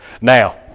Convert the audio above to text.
Now